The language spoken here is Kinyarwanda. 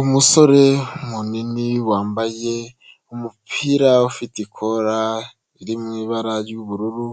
Umusore munini wambaye umupira ufitekora iri mu ibara ry'ubururu,